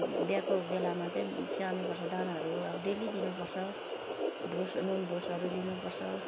ब्याएको बेलामा चाहिँ स्याहार्नु पर्छ दानाहरू अब डेली दिनु पर्छ भुस नुन भुसहरू दिनु पर्छ